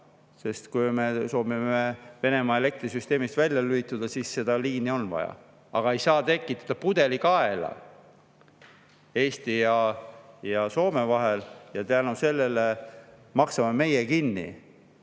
sest kui me soovime Venemaa elektrisüsteemist välja lülituda, siis seda liini on vaja. Aga ei saa tekitada pudelikaela Eesti ja Soome vahel. Selle tõttu maksame meie